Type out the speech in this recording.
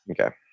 Okay